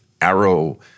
arrow